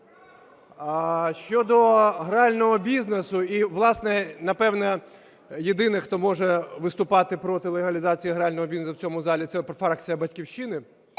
щодо грального бізнесу... І, власне, напевно, єдиний, хто може виступати проти легалізації грального бізнесу в цьому залі, це фракція "Батьківщина",